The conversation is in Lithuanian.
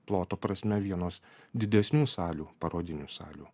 ploto prasme vienos didesnių salių parodinių salių